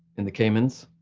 in the cayman's?